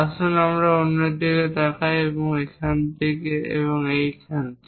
আসুন আমরা অন্যের দিকে তাকাই এই থেকে এই এবং এই থেকে